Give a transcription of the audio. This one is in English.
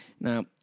Now